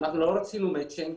לא רצינו מצ'ינג,